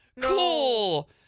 Cool